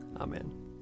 Amen